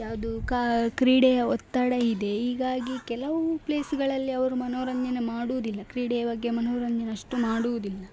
ಯಾವುದು ಕಾ ಕ್ರೀಡೆಯ ಒತ್ತಡ ಇದೆ ಹೀಗಾಗಿ ಕೆಲವು ಪ್ಲೇಸ್ಗಳಲ್ಲಿ ಅವರು ಮನೋರಂಜನೆ ಮಾಡುವುದಿಲ್ಲ ಕ್ರೀಡೆಯ ಬಗ್ಗೆ ಮನೋರಂಜನೆ ಅಷ್ಟು ಮಾಡುವುದಿಲ್ಲ